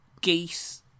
geese